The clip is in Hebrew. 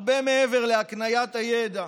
הרבה מעבר להקניית הידע,